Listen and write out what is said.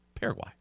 Paraguay